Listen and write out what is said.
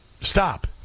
stop